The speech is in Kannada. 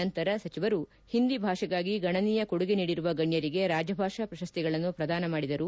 ನಂತರ ಸಚಿವರು ಹಿಂದಿ ಭಾಷೆಗಾಗಿ ಗಣನೀಯ ಕೊಡುಗೆ ನೀಡಿರುವ ಗಣ್ಠರಿಗೆ ರಾಜಭಾಷಾ ಪ್ರಶಸ್ತಿಗಳನ್ನು ಪ್ರದಾನ ಮಾಡಿದರು